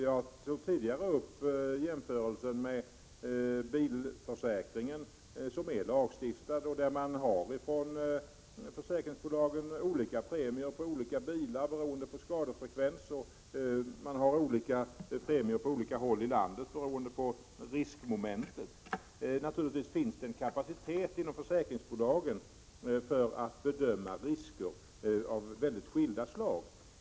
Jag tog tidigare upp jämförelsen med bilförsäkringen, som är lagstadgad. Försäkringsbolagen har olika premier för olika bilar, beroende på skadefrekvensen, och på olika håll i landet, beroende på riskmomentet. Naturligtvis finns det en kapacitet inom försäkringsbolagen för att bedöma risker av väldigt skilda slag.